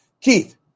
Keith